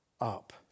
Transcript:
up